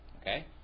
Okay